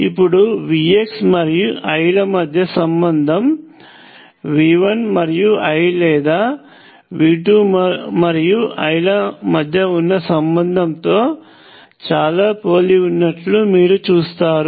ఇప్పుడు Vx మరియు I ల మధ్య సంబంధం V1 మరియు I లేదా V2 మరియు I ల మధ్య ఉన్న సంబంధంతో చాలా పోలి ఉన్నట్లు మీరు చూస్తారు